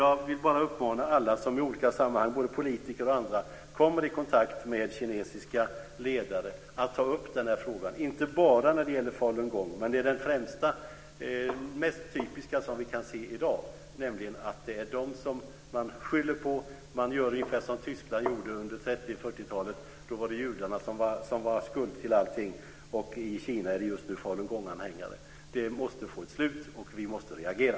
Jag vill bara uppmana alla, både politiker och andra, som i olika sammanhang kommer i kontakt med kinesiska ledare att ta upp den här frågan. Det gäller inte bara falungong, men det är det mest typiska som vi kan se i dag. Det är dem man skyller på. Man gör ungefär som Tyskland gjorde under 30 och 40-talen. Då var det judarna som var skuld till allting. I Kina är det just nu falungonganhängare. Det måste få ett slut, och vi måste reagera.